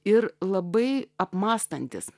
ir labai apmąstantis